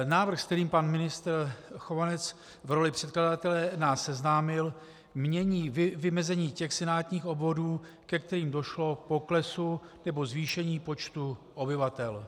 Návrh, se kterým pan ministr Chovanec v roli předkladatele nás seznámil, mění vymezení těch senátních obvodů, ke kterým došlo k poklesu nebo zvýšení počtu obyvatel.